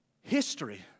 History